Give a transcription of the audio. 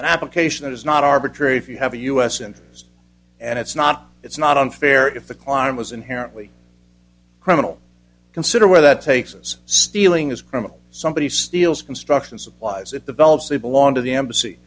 an application that is not arbitrary if you have a u s interest and it's not it's not unfair if the crime was inherently criminal consider where that takes us stealing is criminal somebody steals construction supplies at the valves they belong to the embassy